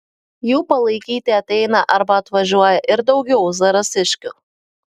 jų palaikyti ateina arba atvažiuoja ir daugiau zarasiškių